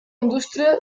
indústria